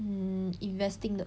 hmm investing 的